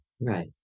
right